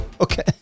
Okay